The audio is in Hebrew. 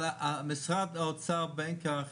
אבל משרד האוצר בין כך,